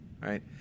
right